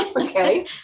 Okay